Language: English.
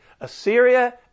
Assyria